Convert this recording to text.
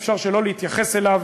ואי-אפשר שלא להתייחס אליו.